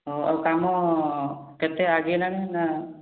ହଉ ଆଉ କାମ କେତେ ଆଗେଇଲାଣି ନା